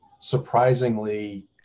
surprisingly